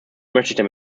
möchte